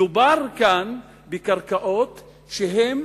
מדובר כאן בקרקעות שהן